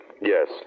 Yes